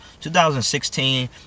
2016